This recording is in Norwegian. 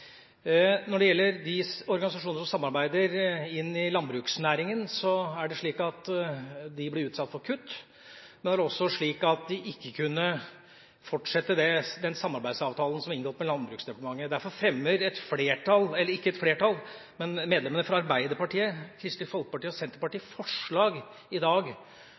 Når det gjelder de organisasjonene som samarbeider inn i landbruksnæringen, blir de utsatt for kutt. De kunne ikke fortsette den samarbeidsavtalen som ble inngått med Landbruksdepartementet. Derfor fremmer medlemmene fra Arbeiderpartiet, Kristelig Folkeparti og Senterpartiet et forslag i dag